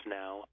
now